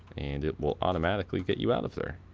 and it will automatically get you out of there.